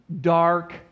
dark